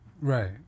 Right